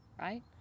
right